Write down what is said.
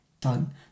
done